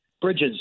bridges